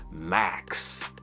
Max